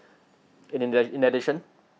in in the in addition